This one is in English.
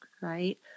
right